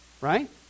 right